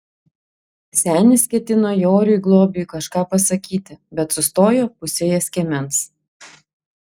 senis ketino joriui globiui kažką pasakyti bet sustojo pusėje skiemens